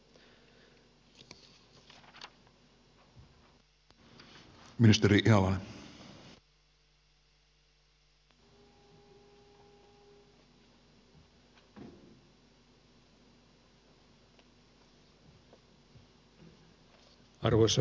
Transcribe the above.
arvoisa puhemies